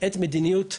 כמו שניתן לראות מצד